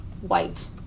white